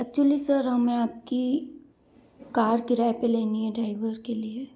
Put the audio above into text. actually sir हमें आपकी car किरए पर लेनी है ड्राइवर के लिए